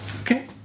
Okay